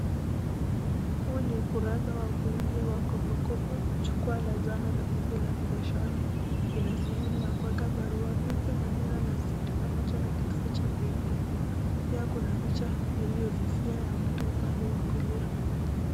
Huu ni ukurasa wa kuingia wa Kopokopo jukwaa la zana rahisi la biashara. Ina sehemu ya kuweka barua pepe na neno la siri pamoja na kituoa cha kuingia. Pia kuna picha iliyofiifia ya mtu upande wa kulia.